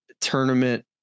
tournament